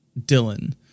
Dylan